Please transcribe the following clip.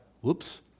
whoops